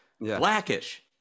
Blackish